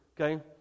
okay